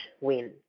win